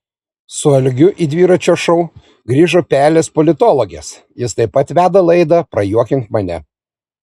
su algiu į dviračio šou grįžo pelės politologės jis taip pat veda laidą prajuokink mane